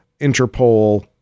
Interpol